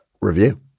review